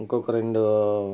ఇంకొక రెండు